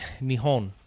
Nihon